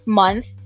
month